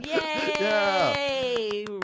Yay